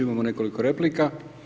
Imamo nekoliko replika.